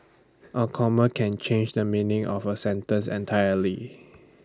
A comma can change the meaning of A sentence entirely